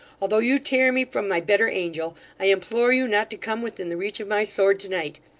although you tear me from my better angel, i implore you not to come within the reach of my sword to-night.